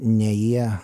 ne jie